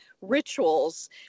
rituals